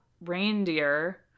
Reindeer